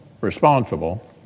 responsible